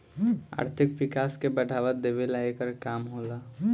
आर्थिक विकास के बढ़ावा देवेला एकर काम होला